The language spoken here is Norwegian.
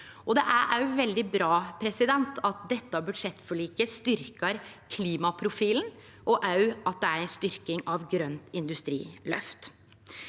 Det er òg veldig bra at dette budsjettforliket styrkjer klimaprofilen, og òg at det er ei styrking av grønt industriløft.